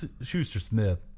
Schuster-Smith